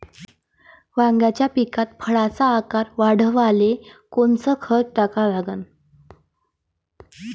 वांग्याच्या पिकात फळाचा आकार वाढवाले कोनचं खत टाका लागन?